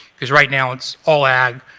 because right now it's all ag,